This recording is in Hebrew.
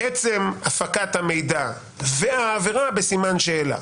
עצם הפקת המידע והעבירה בסימן שאלה.